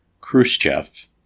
Khrushchev